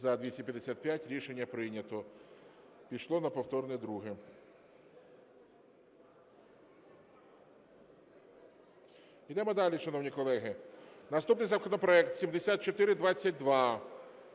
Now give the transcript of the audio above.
За-255 Рішення прийнято. Пішло на повторне друге. Йдемо далі, шановні колеги. Наступний законопроект - 7422.